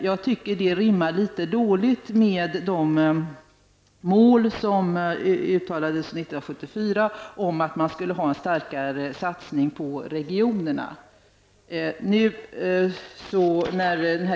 Detta rimmar litet illa med de mål som uttalades 1974 om en starkare satsning på regionerna.